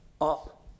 up